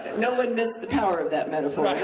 no one missed the power of that metaphor,